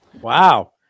Wow